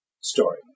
story